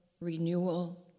renewal